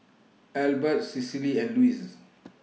Elbert Cecily and Luz